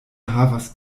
havas